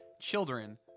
children